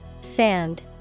Sand